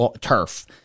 turf